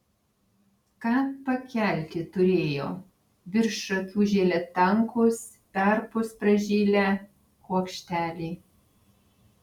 ką pakelti turėjo virš akių žėlė tankūs perpus pražilę kuokšteliai